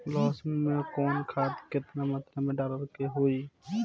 लहसुन में कवन खाद केतना मात्रा में डाले के होई?